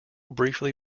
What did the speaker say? briefly